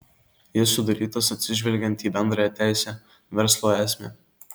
jis sudarytas atsižvelgiant į bendrąją teisę verslo esmę